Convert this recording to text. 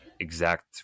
Exact